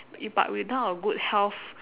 y~ but without a good health